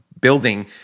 building